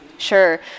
Sure